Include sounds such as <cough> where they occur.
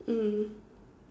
mm <breath>